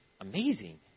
Amazing